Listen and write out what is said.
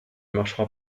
marchera